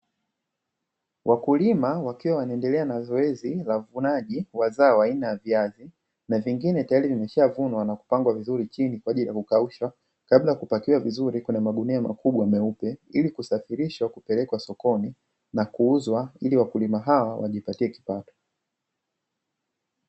Wakulima wakiwa wanaendelea na zoezi la mvunaji wa zao aina ya viazi, na vingine tayari vimeshavunwa na kupangwa vizuri chini kwa ajili ya kukaushwa kabla ya kupangiwa vizuri kwenye magunia makubwa meupe ili kusafirishwa kupelekwa sokoni na kuuzwa ili wakulima hao wajipatie kipato